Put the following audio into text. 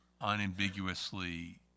unambiguously